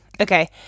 okay